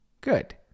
good